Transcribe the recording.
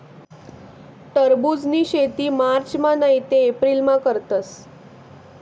टरबुजनी शेती मार्चमा नैते एप्रिलमा करतस